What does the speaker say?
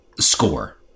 score